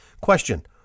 Question